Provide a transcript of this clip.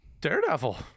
Daredevil